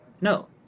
No